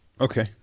Okay